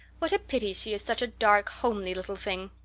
what a pity she is such a dark, homely little thing.